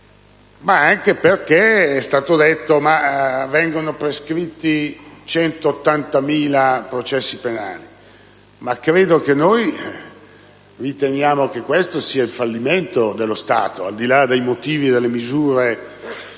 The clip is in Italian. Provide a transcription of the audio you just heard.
ma anche perché è stato detto che vengono prescritti 180.000 processi penali, che noi riteniamo che questo sia il fallimento dello Stato, al di là dei motivi e delle misure